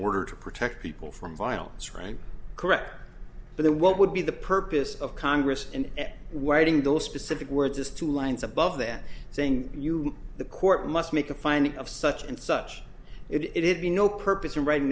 order to protect people from violence right correct but then what would be the purpose of congress and waiting those specific words is two lines above that saying you the court must make a finding of such and such it be no purpose in writing